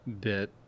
bit